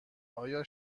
آیا